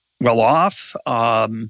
well-off